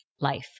life